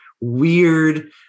weird